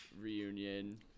reunion